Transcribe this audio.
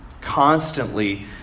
Constantly